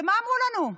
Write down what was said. ומה אמרו לנו?